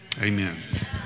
amen